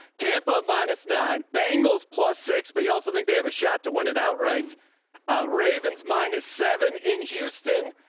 tampa minus nine bangles plus six. but you also think they have a shot to win it outright ravens minus seven in houston,